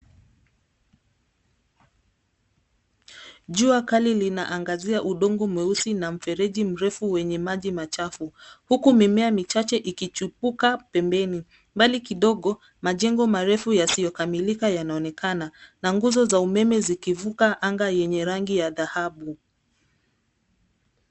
Jua kali linaangazia udongo mweusi na mfereji mrefu wenye maji machafu, uku mimea michache ikichipuka pembeni. Mbali kidogo majengo marefu yasiokamilika yanaonekana na nguzo za umeme zikivuka anga yenye rangi ya dhahabu.